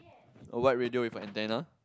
a white radio with an antenna